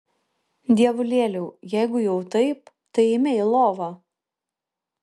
dievulėliau jeigu jau taip tai eime į lovą